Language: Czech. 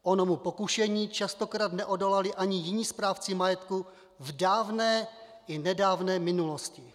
Onomu pokušení častokrát neodolali ani jiní správci majetku v dávné i nedávné minulosti.